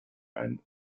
einen